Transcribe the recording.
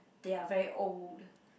they are very old